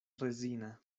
rezina